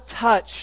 touch